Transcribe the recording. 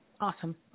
awesome